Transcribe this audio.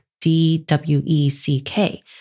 D-W-E-C-K